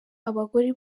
abagore